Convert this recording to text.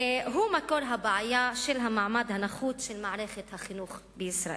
הוא מקור הבעיה של המעמד הנחות של מערכת החינוך בישראל.